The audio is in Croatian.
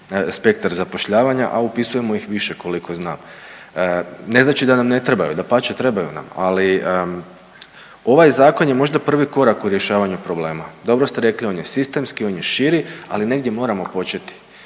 spektar zapošljavanja, a upisujemo ih više koliko znam. Ne znači da nam ne trebaju, dapače trebaju nam, ali ovaj zakon je možda prvi korak u rješavanju problema. Dobro ste rekli, on je sistemski, on je širi, ali negdje moramo početi